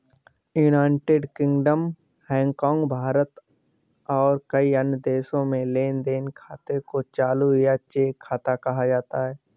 United Kingdom, Hong Kong, Bharat और कई अन्य देशों में लेन देन खाते को चालू या चेक खाता कहा जाता है